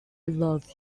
love